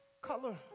Color